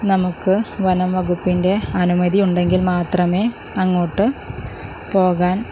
നമുക്ക് വനം വകുപ്പിൻ്റെ അനുമതിയുണ്ടെങ്കിൽ മാത്രമേ അങ്ങോട്ട് പോകാൻ